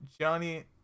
Johnny